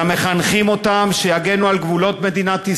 אלא מחנכים אותם שיגנו על גבולות מדינת ישראל,